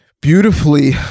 beautifully